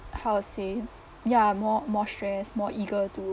how to say ya more more stressed more eager to